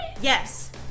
Yes